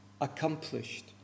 accomplished